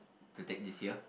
to take this year